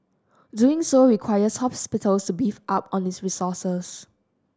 doing so requires hospitals to beef up on its resources